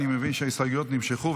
אני מבין שההסתייגויות נמשכו,